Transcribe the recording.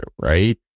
Right